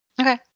okay